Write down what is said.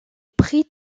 prit